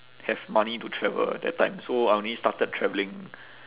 have money to travel that time so I only started travelling